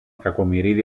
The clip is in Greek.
κακομοιρίδη